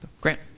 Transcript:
Grant